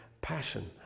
passion